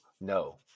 no